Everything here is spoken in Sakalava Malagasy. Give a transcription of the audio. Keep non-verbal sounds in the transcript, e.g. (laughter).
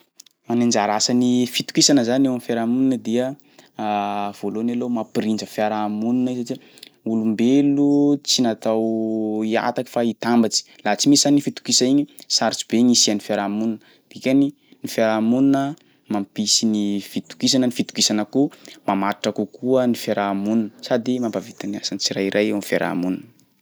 A ny anjara asan'ny fitokisana zany eo am'fiarahamonina dia (hesitation) voalohany aloha mampirindra fiarahamonina izy satria olombelo tsy natao ihataky fa itambatsy, laha tsy misy zany fitokisana igny sarotry be gny hisian'ny fiarahamonina dikany, ny fiarahamonina mampisy ny fitokisana, ny fitokisana koa mamatotra kokoa ny fiarahamonina sady mampavita ny asan'ny tsirairay eo amin'ny fiarahamonina.